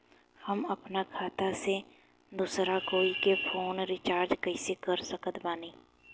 हम अपना खाता से दोसरा कोई के फोन रीचार्ज कइसे कर सकत बानी?